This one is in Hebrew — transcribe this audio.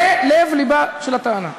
זה לב-לבה של הטענה.